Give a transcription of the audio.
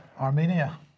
Armenia